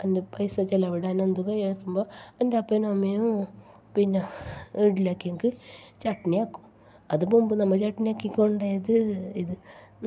അതിന് പൈസ ചെലവിടാനൊന്നും എന്റെ അപ്പനും അമ്മയും പിന്ന ഇഡലി ആക്കീക്ക് ചട്നി ആക്കും അത് മുമ്പ് നമ്മൾ ചട്നി ആക്കി കൊണ്ടോയത് ഇത്